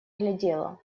глядела